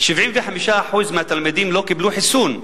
75% מהתלמידים לא קיבלו חיסון.